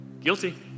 guilty